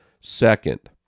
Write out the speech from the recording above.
Second